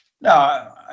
No